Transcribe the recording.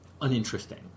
Uninteresting